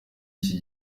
iki